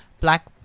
black